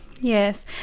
Yes